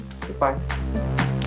goodbye